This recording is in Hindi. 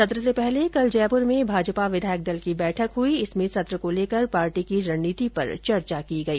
सत्र से पहले कल जयपुर में भाजपा विधायक दल की बैठक हुई जिसमें सत्र को लेकर पार्टी की रणनीति पर चर्चा हई